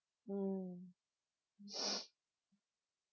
mm